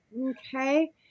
okay